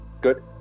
good